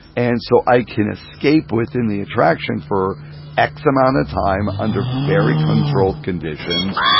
and so i can escape within the attraction for x amount of time, under very controlled conditions,